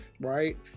right